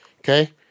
Okay